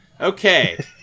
Okay